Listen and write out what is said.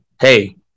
Hey